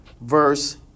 verse